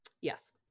Yes